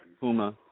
Puma